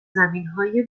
زمینهای